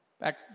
Back